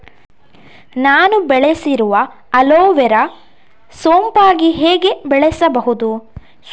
ನಾನು ಬೆಳೆಸಿರುವ ಅಲೋವೆರಾ ಸೋಂಪಾಗಿ ಹೇಗೆ ಬೆಳೆಸಬಹುದು?